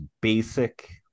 basic